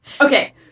Okay